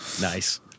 Nice